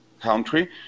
country